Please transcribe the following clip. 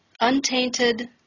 untainted